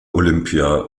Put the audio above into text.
olympia